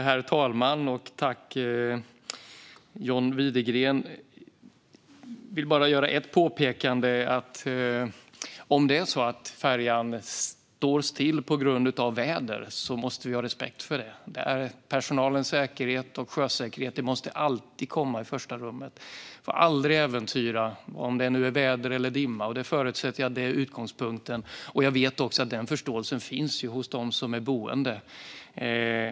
Herr talman! Jag vill bara göra ett påpekande. Om det är så att färjan står still på grund av väder måste vi ha respekt för det. Personalens säkerhet och sjösäkerheten måste alltid komma i första rummet. Utgångspunkten är att det aldrig får äventyras om det är oväder eller dimma. Jag vet också att den förståelsen finns hos de boende.